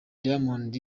diamond